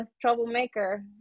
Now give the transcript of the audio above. troublemaker